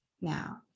now